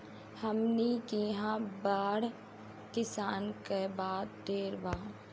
हमनी किहा बड़ किसान के बात ढेर बा